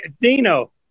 Dino